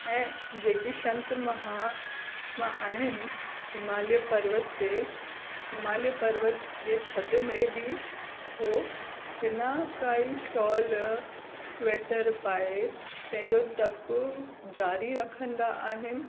ऐं जेके संत महात्मा आहिनि हिमालय पर्वत ते हिमालय पर्वत जे थध में बि उहो बिना काइ शॉल श्वेटर पाए पंहिंजो तपु ज़ारी रखंदा आहिनि